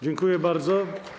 Dziękuję bardzo.